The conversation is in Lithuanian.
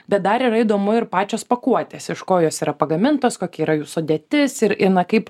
bet dar yra įdomu ir pačios pakuotės iš ko jos yra pagamintos kokia yra jų sudėtis ir ir na kaip